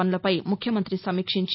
పనులపై ముఖ్యమంతి సమీక్షించి